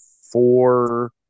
four